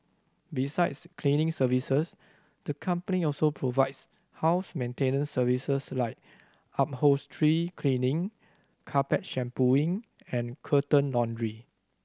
besides cleaning services the company also provides house maintenance services like upholstery cleaning carpet shampooing and curtain laundry